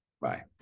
Bye